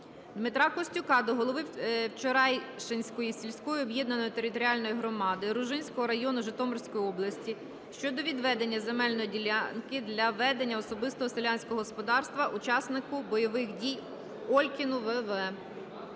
Дмитра Костюка до голови Вчорайшенської сільської об'єднаної територіальної громади Ружинського району Житомирської області щодо відведення земельної ділянки для ведення особистого селянського господарства учаснику бойових дій Олькіну В.В.